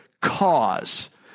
cause